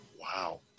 Wow